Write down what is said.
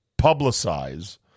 publicize